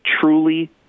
truly